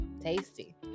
tasty